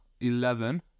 eleven